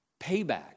payback